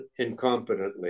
incompetently